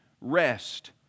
rest